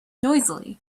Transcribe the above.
noisily